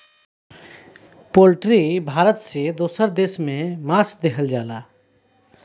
poultry Bharat से दोसर देश में मांस देहल जाला